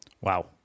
Wow